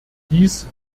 dies